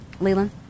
Leland